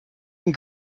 and